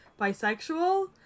bisexual